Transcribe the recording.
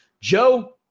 Joe